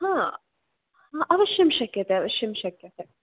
आम् अवश्यं शक्यते अवश्यं शक्यते